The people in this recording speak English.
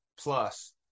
plus